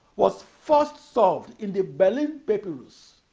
was first solved in the berlin papyrus.